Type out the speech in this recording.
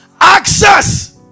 Access